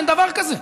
אין דבר כזה.